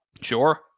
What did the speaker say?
Sure